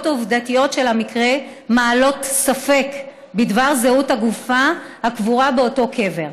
העובדתיות של המקרה מעלות ספק בדבר זהות הגופה הקבורה באותו קבר.